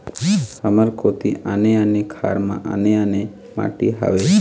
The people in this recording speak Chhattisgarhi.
हमर कोती आने आने खार म आने आने माटी हावे?